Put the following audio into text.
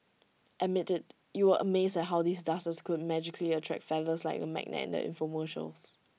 admit IT you were amazed at how these dusters could magically attract feathers like A magnet in the infomercials